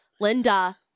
Linda